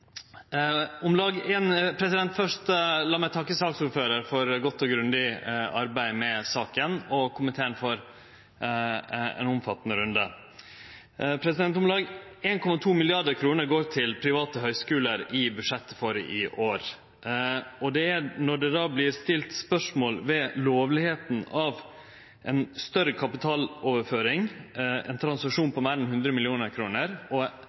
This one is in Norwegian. om det. La meg òg takke saksordføraren for eit godt og grundig arbeid med saka og komiteen for ein omfattande runde. Om lag 1,2 mrd. kr går til private høgskular i budsjettet for i år. Når det då vert stilt spørsmål ved legitimiteten av ei større kapitaloverføring, ein transaksjon på meir enn 100 mill. kr, og